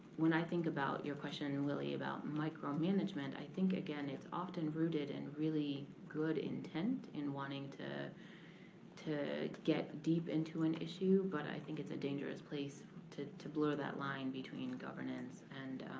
when i think about your question, and willy, about micromanagement, i think again it's often rooted in really good intent in wanting to to get deep into an issue. but i think it's a dangerous place to to blur that line between governance and